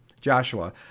Joshua